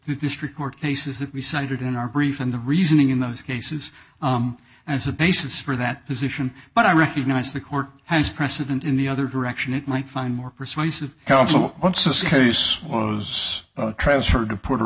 district court cases that we cited in our brief and the reasoning in those cases as a basis for that position but i recognize the court has precedent in the other direction it might find more persuasive helpful to use was transferred to puerto